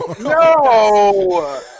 No